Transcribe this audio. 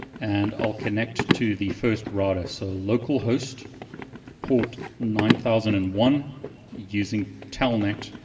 and i'll connect to the first router so localhost port nine thousand and one using telnet.